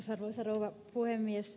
arvoisa rouva puhemies